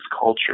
culture